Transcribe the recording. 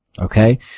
Okay